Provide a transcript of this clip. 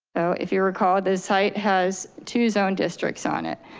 so if you recall, this site has two zone districts on it.